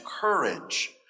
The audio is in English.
courage